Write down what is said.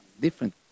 different